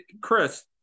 Chris